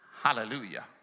Hallelujah